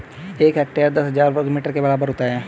एक हेक्टेयर दस हजार वर्ग मीटर के बराबर होता है